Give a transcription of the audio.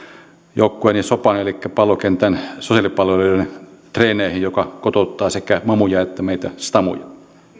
joukkueeni sopan elikkä pallokentän sosiaalipalloilijoiden treeneihin joka kotouttaa sekä mamuja että meitä stamuja